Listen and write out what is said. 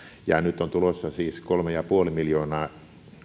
ja nyt on tulossa siis kolme pilkku viisi miljoonaa